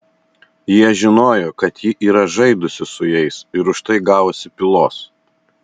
jie žinojo kad ji yra žaidusi su jais ir už tai gavusi pylos